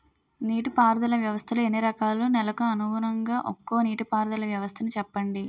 నీటి పారుదల వ్యవస్థలు ఎన్ని రకాలు? నెలకు అనుగుణంగా ఒక్కో నీటిపారుదల వ్వస్థ నీ చెప్పండి?